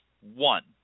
one